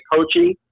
coaching